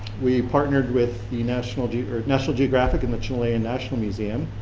we partnered with the national geographic national geographic and the chilean national museum,